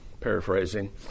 paraphrasing